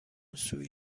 سویت